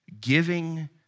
Giving